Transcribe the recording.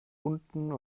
unten